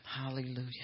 Hallelujah